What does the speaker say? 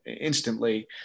instantly